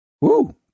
Woo